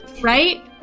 Right